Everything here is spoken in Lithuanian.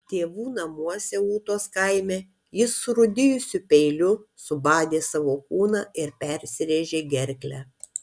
tėvų namuose ūtos kaime jis surūdijusiu peiliu subadė savo kūną ir persirėžė gerklę